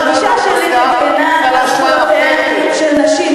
לא, הגישה שלי מגינה על זכויותיהן של נשים.